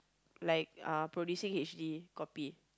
like uh producing h_d copy